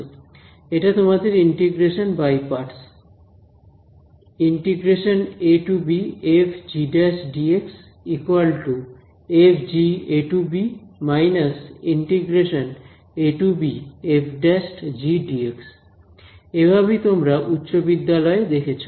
এটা তোমাদের integration by parts এভাবেই তোমরা উচ্চ বিদ্যালয় এ দেখেছো